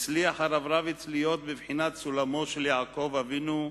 הצליח הרב רביץ להיות בבחינת סולמו של יעקב אבינו,